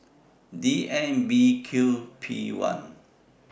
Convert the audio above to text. D M B Q P one